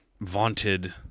vaunted